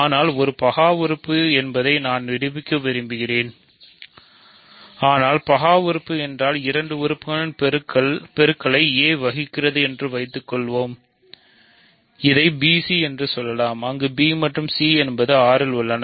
ஆகவே ஒரு பகா உறுப்பு என்பதை நாம் நிரூபிக்க விரும்புகிறோம் ஆனால் பகா உறுப்பு என்றால் இரண்டு உறுப்புகளின் பெருக்கலை a வகுக்கிறது என்று வைத்துக் கொள்வோம் என்று வைத்துக் கொள்வோம் இதை bc என்று சொல்லலாம் அங்கு b மற்றும் c என்பது R இல் உள்ளன